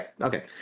okay